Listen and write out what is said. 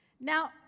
now